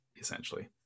essentially